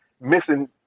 missing